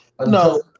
No